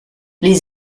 les